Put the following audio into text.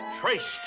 Traced